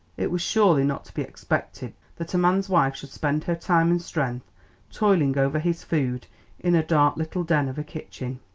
it was surely not to be expected that a man's wife should spend her time and strength toiling over his food in a dark little den of a kitchen.